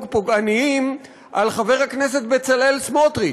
פוגעניים על חבר הכנסת בצלאל סמוטריץ,